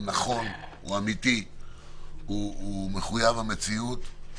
תיקון נכון, תיקון אמיתי, מחויב המציאות,